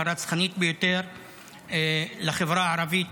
הרצחנית ביותר לחברה הערבית,